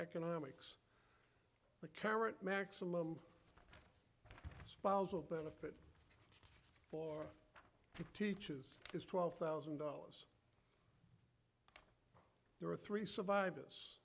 economics the current maximum spousal benefit for teaches is twelve thousand dollars there are three survivors